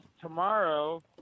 tomorrow